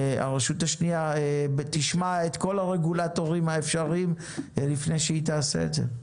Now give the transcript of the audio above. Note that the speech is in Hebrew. הרשות השנייה תשמע את כל הרגולטורים האפשריים לפני שהיא תעשה את זה.